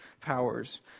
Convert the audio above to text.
powers